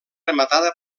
rematada